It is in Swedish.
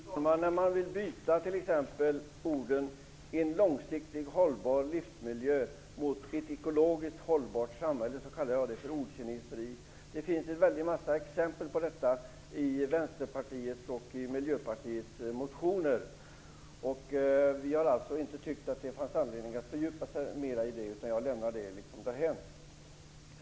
Fru talman! När man vill byta t.ex. orden "en långsiktigt hållbar livsmiljö" mot "ett ekologiskt hållbart samhälle" kallar jag det för ordkineseri. Det finns en mängd exempel på detta i Vänsterpartiets och i Miljöpartiets motioner. Vi har inte tyckt att det finns anledning att fördjupa sig mer i det, utan vi lämnar det därhän.